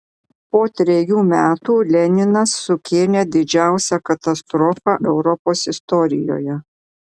po trejų metų leninas sukėlė didžiausią katastrofą europos istorijoje